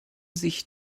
sich